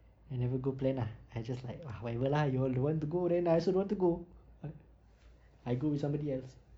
I never go plan lah I just like ah whatever lah you all don't want to go then I also don't want to go uh I go with somebody else